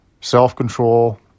self-control